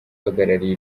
uhagarariye